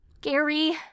Gary